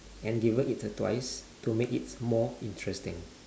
and given it a twice to make its more interesting